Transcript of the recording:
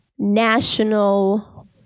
national